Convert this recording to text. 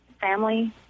family